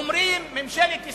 אומרים: ממשלת ישראל,